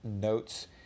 notes